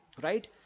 Right